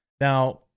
Now